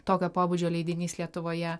tokio pobūdžio leidinys lietuvoje